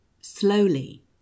Slowly